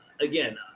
again